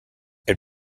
elle